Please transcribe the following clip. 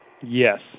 Yes